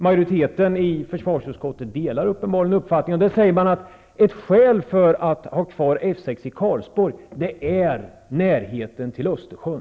Majoriteten i försvarsutskottet delar uppenbarligen uppfattningen som framförs där. Ett skäl att ha kvar F 6 i Karlsborg sägs vara närheten till Östersjön.